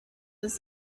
does